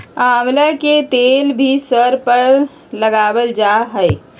आमला के तेल भी सर में लगावल जा हई